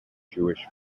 jewish